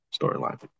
storyline